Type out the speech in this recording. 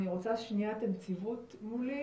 אני רוצה את הנציבות מולי,